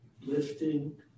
Lifting